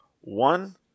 one